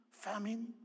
famine